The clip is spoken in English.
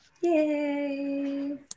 Yay